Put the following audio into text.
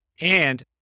And-